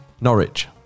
Norwich